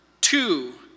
two